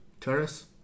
terrace